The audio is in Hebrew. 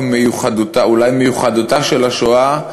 מיוחדותה של השואה,